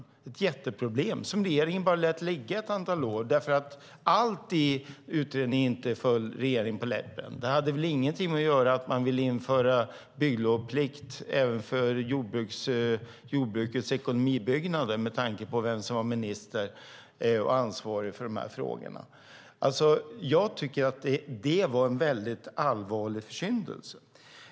Det var ett jätteproblem som regeringen bara lät ligga ett antal år därför att allt i utredningen inte föll regeringen på läppen. Det hade väl ingenting att göra med att man ville införa bygglovsplikt även för jordbrukets ekonomibyggnader, med tanke på vem som var ansvarig minister för de här frågorna? Jag tycker att det var en väldigt allvarlig försyndelse.